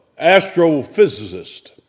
astrophysicist